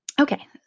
Okay